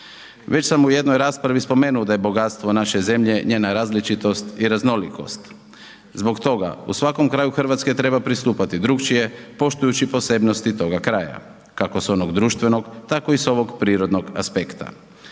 Već sam u jednoj raspravi spomenuo da je bogatstvo naše zemlje njena različitost i raznolikost, zbog toga u svakom kraju Hrvatske treba pristupati drukčije poštujući posebnosti toga kraja, kako s onog društvenog tako i sa ovog prirodnog aspekta.